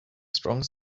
strong